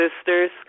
sisters